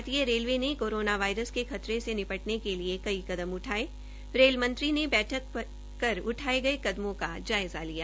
भारतीय रेलवे ने corona virus के खतरे से निपटने के लिए कई कदम उठाये रेल मंत्री ने बैठक कर उठाये गये कदमों का जायज़ा लिया